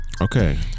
Okay